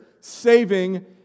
saving